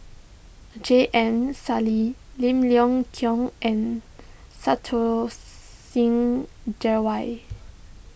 J M Sali Lim Leong Geok and Santokh Singh Grewal